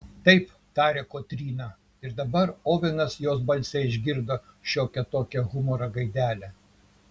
taip tarė kotryna ir dabar ovenas jos balse išgirdo šiokią tokią humoro gaidelę